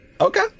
Okay